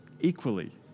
equally